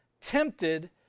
tempted